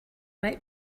might